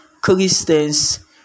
Christians